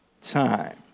time